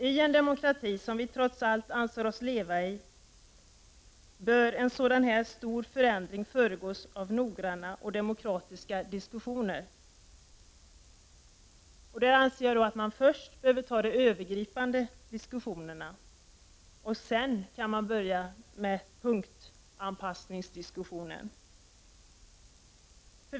I en demokrati, som vi trots allt anser oss leva i, bör en sådan här stor förändring föregås av noggranna och demokratiska diskussioner. Först bör man ta de övergripande diskussionerna, och sedan kan man börja med punktanpassningsdiskussionen.